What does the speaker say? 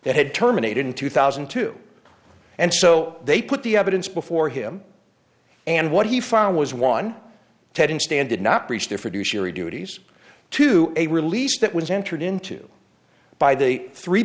that had terminated in two thousand and two and so they put the evidence before him and what he found was one ted and stan did not breach their fiduciary duties to a release that was entered into by the three